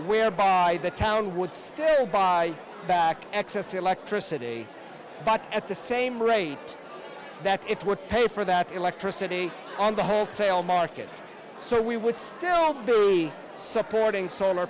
whereby the town would still buy back excess electricity but at the same rate that it would pay for that electricity on the wholesale market so we would still be supporting solar